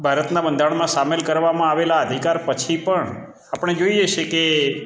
ભારતનાં બંધારણમાં સામેલ કરવામાં આવેલા અધિકાર પછી પણ આપણે જોઈએ છે કે